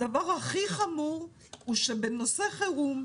הדבר הכי חמור הוא שבנושא חירום,